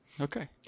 okay